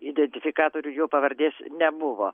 identifikatorių jo pavardės nebuvo